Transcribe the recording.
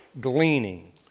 Gleaning